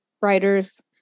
writer's